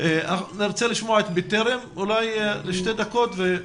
נרצה לשמוע את 'בטרם', לשתי דקות.